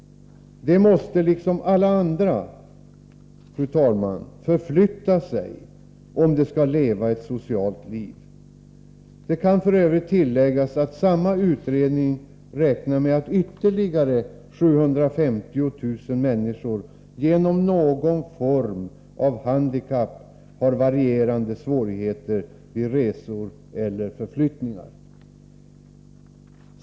Dessa människor, liksom alla andra, måste kunna förflytta sig, om de skall leva ett socialt liv. Det kan f. ö. tilläggas att samma utredning räknar med att ytterligare 750 000 människor på grund av någon form av handikapp har varierande svårigheter vid resor eller förflyttningar.